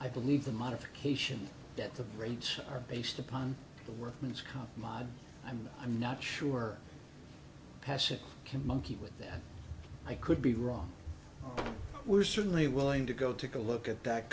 i believe the modification that the rates are based upon the workman's comp model and i'm not sure passage can monkey with that i could be wrong we're certainly willing to go take a look at that